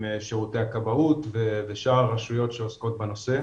שירותי הכבאות ושאר הרשויות שעוסקות בנושא.